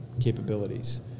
capabilities